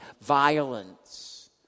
violence